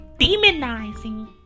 demonizing